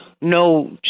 no